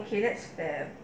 okay that's fair